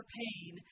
pain